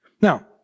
Now